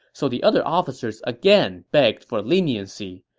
so the other officers again begged for leniency,